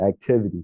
activity